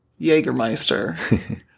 Jägermeister